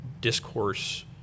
discourse